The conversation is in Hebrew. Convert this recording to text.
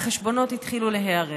והחשבונות התחילו להיערם.